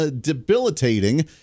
debilitating